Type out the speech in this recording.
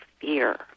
fear